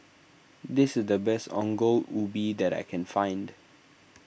this is the best Ongol Ubi that I can find